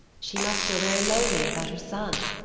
she must feel very lonely without her son,